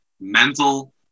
mental